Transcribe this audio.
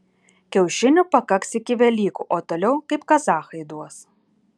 kiaušinių pakaks iki velykų o toliau kaip kazachai duos